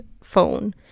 phone